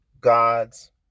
God's